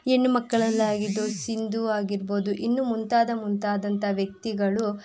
ಹೆಣ್ಣು ಮಕ್ಕಳಲ್ಲಾಗಿದ್ದು ಸಿಂಧು ಆಗಿರ್ಬೋದು ಇನ್ನು ಮುಂತಾದ ಮುಂತಾದಂಥ ವ್ಯಕ್ತಿಗಳು